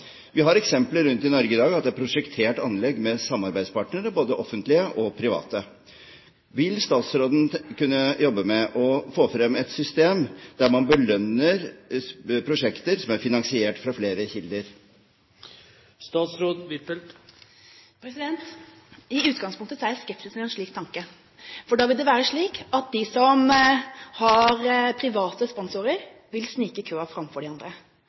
Vi har eksempler rundt om i Norge i dag på at det er prosjektert anlegg med samarbeidspartnere, både offentlige og private. Vil statsråden kunne jobbe med å få frem et system der man belønner prosjekter som er finansiert av flere kilder? I utgangspunktet er jeg skeptisk til en slik tanke. For da vil det være slik at de som har private sponsorer, vil snike i køen framfor de andre.